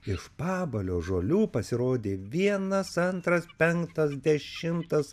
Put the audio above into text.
iš pabalio žolių pasirodė vienas antras penktas dešimtas